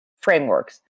frameworks